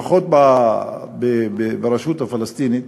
או לפחות ברשות הפלסטינית,